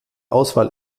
auswahl